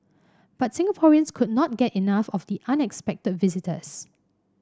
but Singaporeans could not get enough of the unexpected visitors